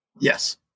Yes